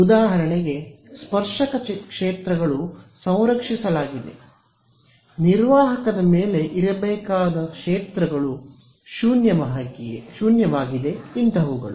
ಉದಾಹರಣೆಗೆ ಸ್ಪರ್ಶಕ ಕ್ಷೇತ್ರಗಳು ಸಂರಕ್ಷಿಸಲಾಗಿದೆ ನಿರ್ವಾಹಕದ ಮೇಲೆ ಇರಬೇಕಾದ ಕ್ಷೇತ್ರಗಳು ಶೂನ್ಯವಾಗಿದೆ ಇಂತವುಗಳು